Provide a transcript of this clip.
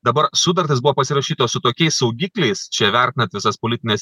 dabar sutartys buvo pasirašytos su tokiais saugikliais čia įvertinant visas politines